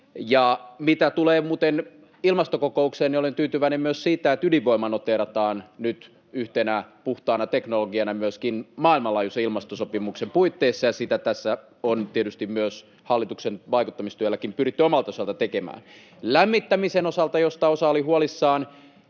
Mitä tulee muuten ilmastokokoukseen, niin olen tyytyväinen myös siitä, että ydinvoima noteerataan nyt yhtenä puhtaana teknologiana myöskin maailmanlaajuisen ilmastosopimuksen puitteissa, ja sitä tässä on tietysti myös hallituksen vaikuttamistyölläkin pyritty omalta osalta tekemään. Lämmittämisen osalta, josta osa oli huolissaan,